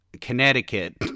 connecticut